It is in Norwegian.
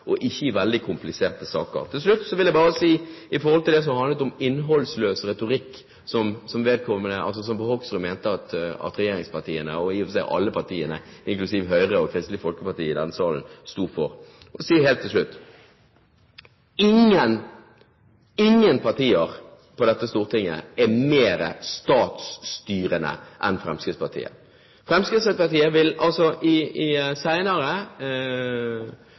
og ikke i veldig kompliserte saker. Til slutt vil jeg si til det som handlet om «innholdsløs retorikk», som Bård Hoksrud mente at regjeringspartiene, og i og for seg alle partier i salen inklusiv Høyre og Kristelig Folkeparti, stod for: Ingen partier i dette stortinget er mer statsstyrende enn Fremskrittspartiet. Fremskrittspartiet har varslet helt klart at de f.eks. ikke ønsker å innlemme barnehagetilskudd i kommuneøkonomien, som altså vil bety en overføring av ansvar og penger til kommunene i